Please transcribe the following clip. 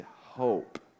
hope